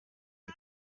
iyi